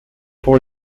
pour